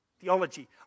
theology